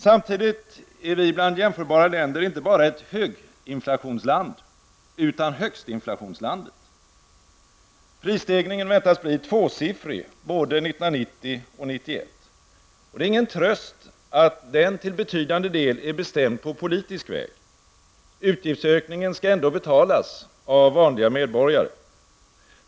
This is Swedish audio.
Samtidigt är vi bland jämförbara länder inte bara ett höginflationsland utan högstinflationslandet. Prisstegringen väntas bli tvåsiffrig både 1990 och 1991. Det är ingen tröst att den till betydande del är bestämd på på politisk väg. Utgiftsökningen skall ändå betalas av vanliga medborgare.